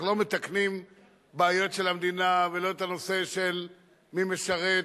לא מתקנים בעיות של המדינה ולא את הנושא של מי משרת,